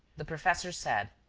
the professor said